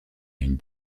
une